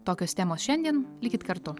tokios temos šiandien likit kartu